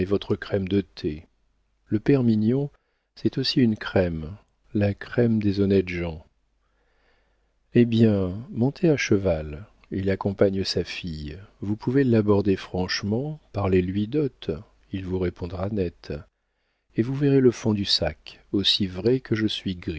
votre crème de thé le père mignon c'est aussi une crème la crème des honnêtes gens eh bien montez à cheval il accompagne sa fille vous pouvez l'aborder franchement parlez-lui dot il vous répondra net et vous verrez le fond du sac aussi vrai que je suis